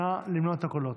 נא למנות את הקולות.